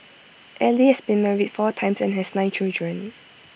Ali has been married four times and has nine children